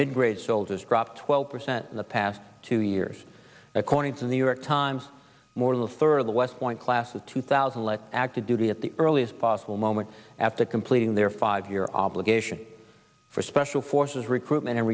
grade soldiers dropped twelve percent in the past two years according to new york times more the third of the west point class of two thousand less active duty at the earliest possible moment after completing their five year obligation for special forces recruitment